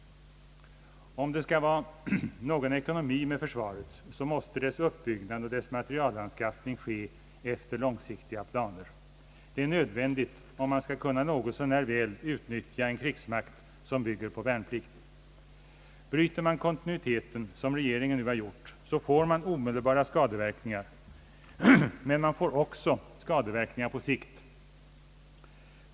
Om det skall vara någon ekonomi i försvaret, så måste dess uppbyggnad och dess materielanskaffning ske efter långsiktiga planer. Det är nödvändigt om man något så när väl skall kunna utnyttja en krigsmakt byggd på värnplikt. Bryter man kontinuiteten, som regeringen nu gjort, får man omedelbara skadeverkningar, men man får också skadeverkningar på sikt.